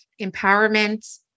empowerment